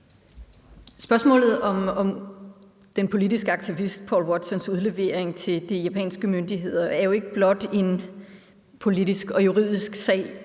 Spørgsmålet om den politiske aktivist Paul Watsons udlevering til de japanske myndigheder er jo ikke blot en politisk og juridisk sag.